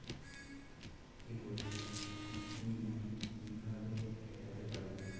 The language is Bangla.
কেবল বিল কিভাবে মেটাতে পারি?